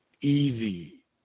easy